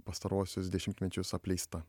pastaruosius dešimtmečius apleista